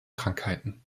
krankheiten